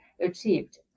achieved